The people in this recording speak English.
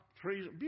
trees